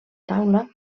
taula